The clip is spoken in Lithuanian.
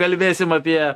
kalbėsim apie